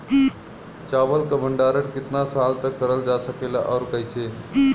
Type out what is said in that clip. चावल क भण्डारण कितना साल तक करल जा सकेला और कइसे?